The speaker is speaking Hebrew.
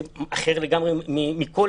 זה אחר לגמרי מכל